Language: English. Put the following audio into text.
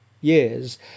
years